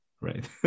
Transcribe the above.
right